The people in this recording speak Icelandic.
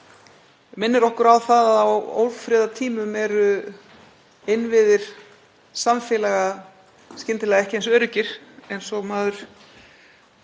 á að venjast. En það sem hefur gerst, ef við tölum um þetta beinlínis, þ.e. fæðuöryggið hér innan lands vegna stríðsins í Úkraínu,